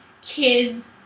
kids